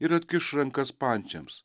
ir atkiš rankas pančiams